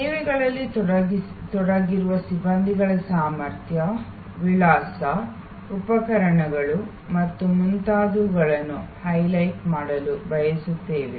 ಸೇವೆಗಳಲ್ಲಿ ತೊಡಗಿರುವ ಸಿಬ್ಬಂದಿಗಳ ಸಾಮರ್ಥ್ಯ ವಿಳಾಸ ಉಪಕರಣಗಳು ಮತ್ತು ಮುಂತಾದವುಗಳನ್ನುಹೈಲೈಟ್ ಮಾಡಲು ಬಯಸುತ್ತೇವೆ